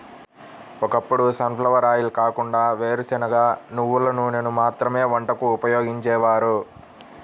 ఒకప్పుడు sunflower oil కాకుండా వేరుశనగ, నువ్వుల నూనెను మాత్రమే వంటకు ఉపయోగించేవారు